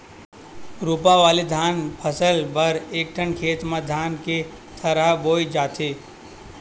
रोपा वाले धान फसल बर एकठन खेत म धान के थरहा बोए जाथे